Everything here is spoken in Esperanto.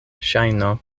ŝajno